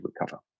recover